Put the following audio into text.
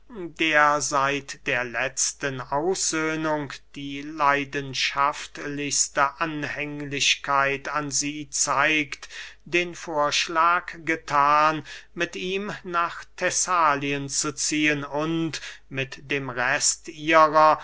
der seit der letzten aussöhnung die leidenschaftlichste anhänglichkeit an sie zeigt den vorschlag gethan mit ihm nach thessalien zu ziehen und mit dem rest ihrer